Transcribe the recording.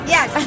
Yes